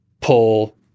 pull